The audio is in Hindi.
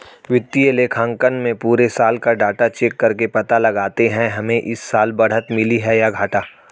वित्तीय लेखांकन में पुरे साल का डाटा चेक करके पता लगाते है हमे इस साल बढ़त मिली है या घाटा